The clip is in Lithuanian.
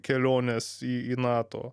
kelionės į į nato